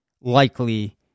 likely